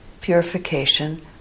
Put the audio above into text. purification